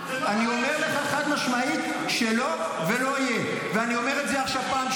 אתה רוצה להקשיב, או שגם אתה רוצה לצאת?